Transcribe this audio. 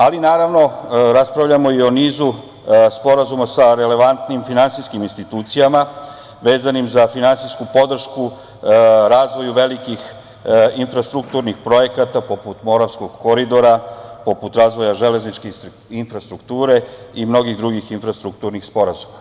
Ali, naravno, raspravljamo i o nizu sporazuma sa relevantnim finansijskim institucijama vezanim za finansijsku podršku, razvoju velikih infrastrukturnih projekata, poput Moravskog koridora, poput razvoja železničke infrastrukture i mnogih drugih infrastrukturnih sporazuma.